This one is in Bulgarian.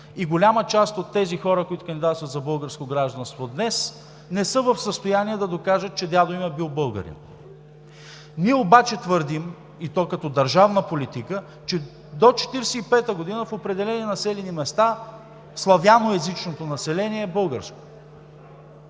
и голяма част от тези хора, които кандидатстват за българско гражданство днес, не са в състояние да докажат, че дядо им е бил българин. Ние обаче твърдим, и то като държавна политика, че до 1945 г. в определени населени места славяноезичното население е българско,